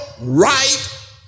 right